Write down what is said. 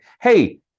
hey